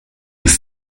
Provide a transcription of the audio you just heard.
ist